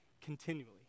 continually